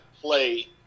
play